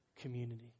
community